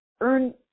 earn